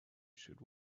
should